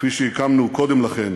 כפי שהקמנו קודם לכן